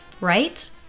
right